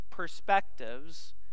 perspectives